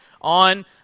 on